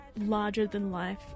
larger-than-life